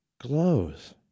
glows